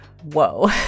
whoa